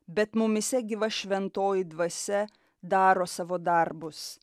bet mumyse gyva šventoji dvasia daro savo darbus